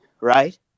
right